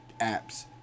apps